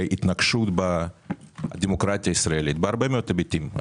התנגשות בדמוקרטיה הישראלית בהרבה מאוד היבטים.